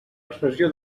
expressió